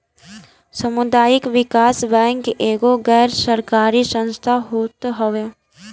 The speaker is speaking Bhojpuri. सामुदायिक विकास बैंक एगो गैर सरकारी संस्था होत हअ